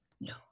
no